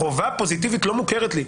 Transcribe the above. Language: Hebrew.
חובה פוזיטיבית לא מוכרת לי,